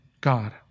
God